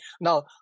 now